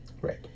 Right